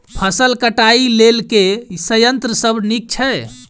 फसल कटाई लेल केँ संयंत्र सब नीक छै?